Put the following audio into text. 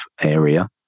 area